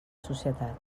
societat